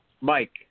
Mike